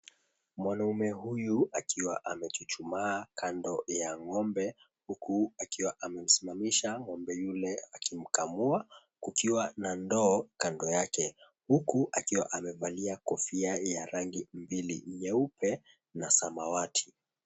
Mwanaume huyu akiwa amechuchuma kando ya ng'ombe huku akiwa amemsimamisha ng'ombe yule akimkamua kukiwa na ndoo kando yake. Huku akiwa amevalia kofia ya rangi mbili, nyeupe na samawati.